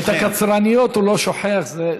את הקצרניות הוא לא שוכח, זה,